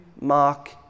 Mark